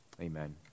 amen